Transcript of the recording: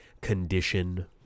Condition